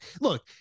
Look